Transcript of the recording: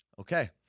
Okay